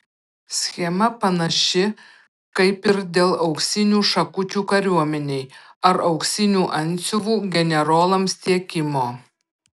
schema panaši kaip ir dėl auksinių šakučių kariuomenei ar auksinių antsiuvų generolams tiekimo